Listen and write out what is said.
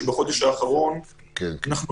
שבחודש האחרון עלינו